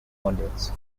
models